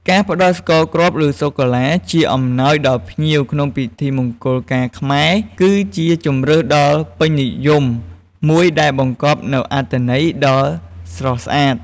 ការផ្តល់ស្ករគ្រាប់ ឬសូកូឡាជាអំណោយដល់ភ្ញៀវក្នុងពិធីមង្គលការខ្មែរ គឺជាជម្រើសដ៏ពេញនិយមមួយដែលបង្កប់នូវអត្ថន័យដ៏ស្រស់ស្អាត។